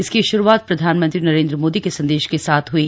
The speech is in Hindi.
इसकी शुरूआत प्रधानमंत्री नरेन्द्र मोदी के संदेश के साथ हुई